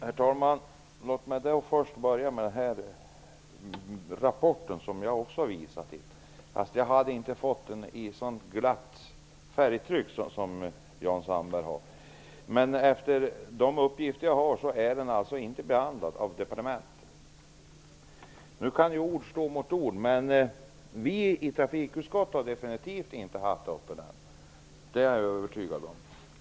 Herr talman! Låt mig först börja tala om länsstyrelsens rapport, som jag också hänvisat till. Jag har dock inte fått den i lika glatt färgtryck som Jan Sandberg. Men med ledning av de uppgifter jag har är den inte behandlad av departementet. Visserligen kan ord stå mot ord. Men vi i trafikutskottet har definitivt inte haft den uppe för diskussion; det är jag övertygad om.